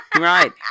Right